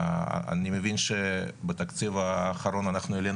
אני מבין שבתקציב האחרון אנחנו העלינו